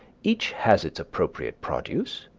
each has its appropriate produce,